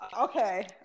Okay